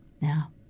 Now